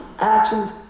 actions